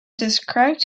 described